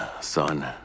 son